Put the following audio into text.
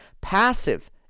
Passive